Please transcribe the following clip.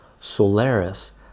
Solaris